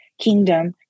kingdom